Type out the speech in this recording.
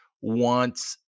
wants